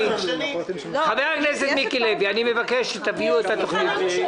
אני מבקש שתביאו את התוכנית.